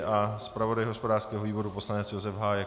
A zpravodaj hospodářského výboru poslanec Josef Hájek.